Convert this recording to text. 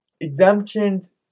Exemptions